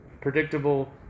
predictable